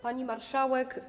Pani Marszałek!